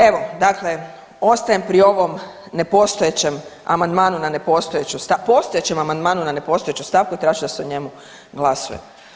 Evo, dakle, ostajem pri ovom nepostojećem amandmanu na nepostojeću .../nerazumljivo/... postojećem amandmanu na nepostojeću stavku i tražit ću da se o njemu glasuje.